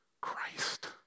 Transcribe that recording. Christ